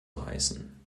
heißen